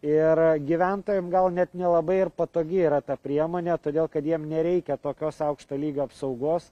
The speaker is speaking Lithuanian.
ir gyventojam gal net nelabai ir patogi yra ta priemonė todėl kad jiem nereikia tokios aukšto lygio apsaugos